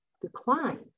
decline